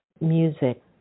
music